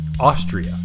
Austria